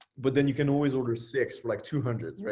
but then you can always order six for like two hundred.